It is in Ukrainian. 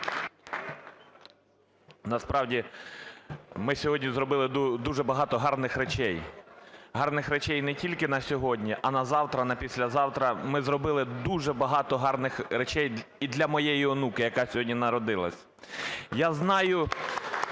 Насправді, ми сьогодні зробили дуже багато гарних речей, гарних речей не тільки на сьогодні, а й на завтра, на післязавтра. Ми зробили дуже багато гарних речей і для моєї онуки, яка сьогодні народилась. (Оплески)